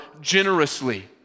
generously